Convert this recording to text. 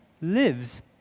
lives